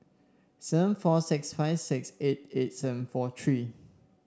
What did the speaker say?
seven four six five six eight eight seven four three